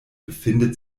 befindet